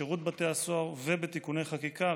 שירות בתי הסוהר ובתיקוני חקיקה,